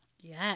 yes